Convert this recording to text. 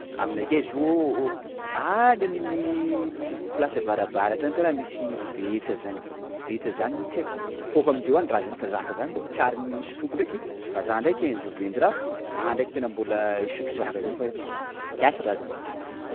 Aminakay izy io, o- any amin'ny place avarabaratra any kara misy betsa zany, betsa zany hono tsy haiko, toaka amin-dreo raha zany fa zaka zany tena mbola tsy nosotroako ndreky! _x000D_ Fa za ndreky un jour viendra! _x000D_ Za tena mbola hisotro zaka zany fa i- kiasy raha zany.